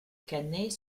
canet